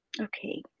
Okay